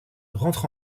rentre